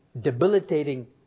debilitating